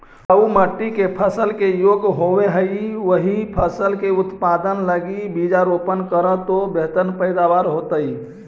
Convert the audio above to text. उपजाऊ मट्टी जे फसल के योग्य होवऽ हई, ओही फसल के उत्पादन लगी बीजारोपण करऽ तो बेहतर पैदावार होतइ